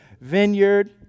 vineyard